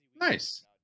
nice